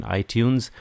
iTunes